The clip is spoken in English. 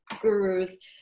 gurus